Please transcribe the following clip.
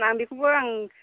आं बेखौबो आं